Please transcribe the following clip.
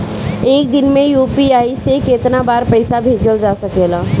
एक दिन में यू.पी.आई से केतना बार पइसा भेजल जा सकेला?